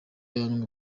anywa